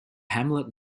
hamlet